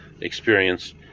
experience